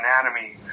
anatomy